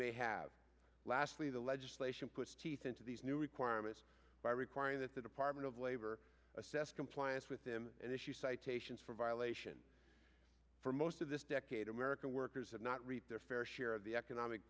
may have lastly the legislation puts teeth into these new requirements by requiring that the department of labor assess compliance with them and issue citations for violation for most of this decade american workers have not reaped their fair share of the economic